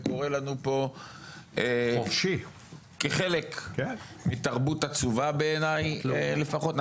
זה קורה לנו פה כחלק מתרבות עצובה, בעיניי לפחות.